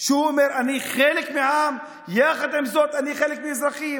כשהוא אומר: אני חלק מעם ויחד עם זאת אני חלק מהאזרחים.